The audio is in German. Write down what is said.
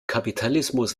kapitalismus